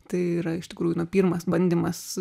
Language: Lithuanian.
tai yra iš tikrųjų na pirmas bandymas